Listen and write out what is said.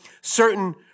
certain